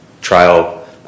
trial